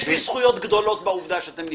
יש לי זכויות גדולות בעובדה שאתם נפגשים.